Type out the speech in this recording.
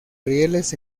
rieles